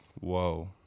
Whoa